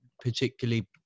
particularly